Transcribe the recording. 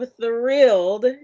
thrilled